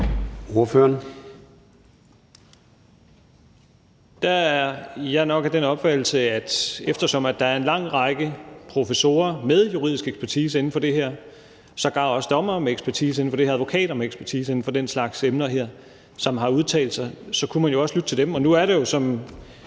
(S): Der er jeg nok af den opfattelse, at eftersom der er en lang række professorer med juridisk ekspertise inden for det her, sågar også dommere med ekspertise inden for det her og advokater med ekspertise inden for den slags emner her, som har udtalt sig, kunne man jo også lytte til dem. Nu er der jo, som